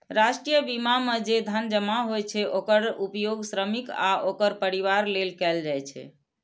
राष्ट्रीय बीमा मे जे धन जमा होइ छै, ओकर उपयोग श्रमिक आ ओकर परिवार लेल कैल जाइ छै